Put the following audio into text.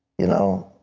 you know,